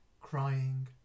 crying